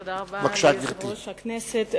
תודה רבה ליושב-ראש הכנסת.